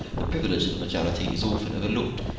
the privilege of the majority is often overlooked,